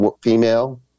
female